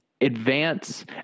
advance